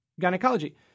Gynecology